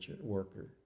worker